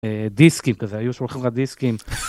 דיסקים כזה, היו שולחים לך דיסקים.